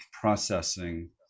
processing